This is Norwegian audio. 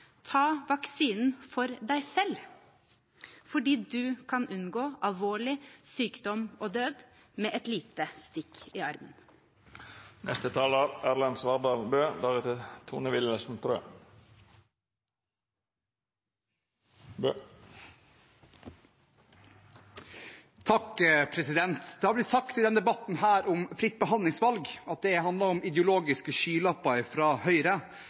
Ta vaksinen for deg selv, for du kan unngå alvorlig sykdom og død med et lite stikk i armen. Det har blitt sagt i denne debatten at fritt behandlingsvalg handler om ideologiske skylapper fra Høyre, at det er en ordning som kun er for noen få. Det er ikke ideologiske skylapper